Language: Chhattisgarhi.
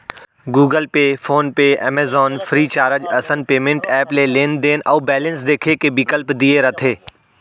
Google Pay, PhonePe, Amazon, Freecharge असन पेंमेंट ऐप ले लेनदेन अउ बेलेंस देखे के बिकल्प दिये रथे